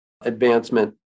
advancement